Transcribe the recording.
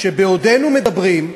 שבעודנו מדברים,